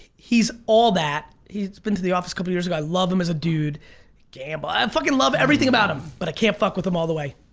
he's all that he's been to the office couple years ago i love him as a dude i but um fucking love everything about him but i can't fuck with him all the way.